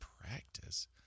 Practice